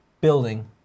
building